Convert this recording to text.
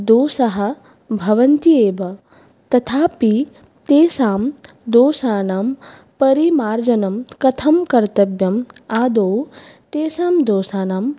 दोषाः भवन्ति एव तथापि तेषां दोषानां परिमार्जनं कथं कर्तव्यं आदौ तेषां दोषानां